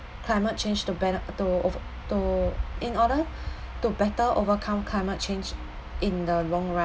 climate change to bene~ to ov~ to in order to better overcome climate change in the long run